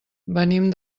venim